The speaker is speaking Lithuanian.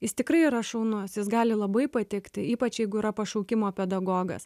jis tikrai yra šaunus jis gali labai patikti ypač jeigu yra pašaukimo pedagogas